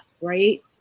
Right